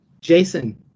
Jason